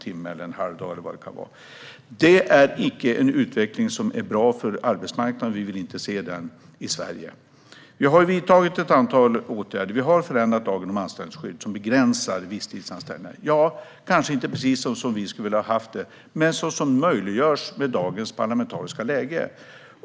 Det är ingen bra utveckling för arbetsmarknaden, och vi vill inte se den i Sverige. Vi har vidtagit ett antal åtgärder. Vi har förändrat lagen om anställningsskydd, som begränsar visstidsanställningar. Det blev kanske inte precis så som vi ville ha det men så som det var möjligt med dagens parlamentariska läge.